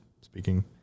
speaking